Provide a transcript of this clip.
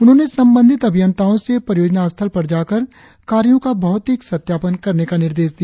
उन्होंने संबंधित अभियंताओं से परियोजना स्थल पर जाकर कार्यों का भौतिक सत्यापन करने का निर्देश दिया